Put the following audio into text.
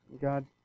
God